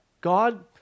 God